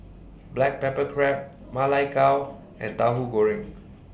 Black Pepper Crab Ma Lai Gao and Tauhu Goreng